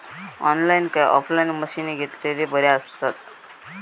Online काय offline मशीनी घेतलेले बरे आसतात?